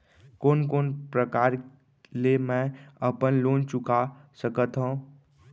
कोन कोन प्रकार ले मैं अपन लोन चुका सकत हँव?